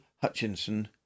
Hutchinson